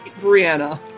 Brianna